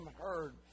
heard